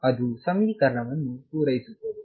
ಅದು ಸಮೀಕರಣವನ್ನು ಪೂರೈಸುತ್ತದೆ